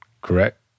correct